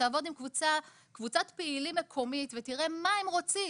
שתעבוד עם קבוצת פעילים מקומית ותראה מה הם רוצים.